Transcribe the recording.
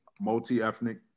multi-ethnic